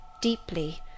Deeply